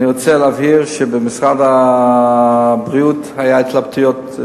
אני רוצה להבהיר שבמשרד הבריאות היו התלבטויות,